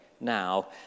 now